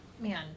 man